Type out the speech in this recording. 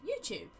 YouTube